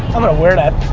i'm gonna wear that